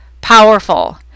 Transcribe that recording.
powerful